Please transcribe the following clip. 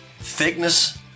Thickness